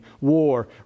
war